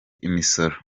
imisoro